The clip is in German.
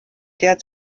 der